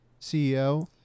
ceo